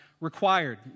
required